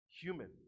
human